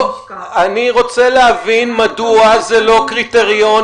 אני רוצה להבין, מדוע זה לא קריטריון?